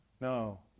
No